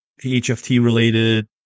HFT-related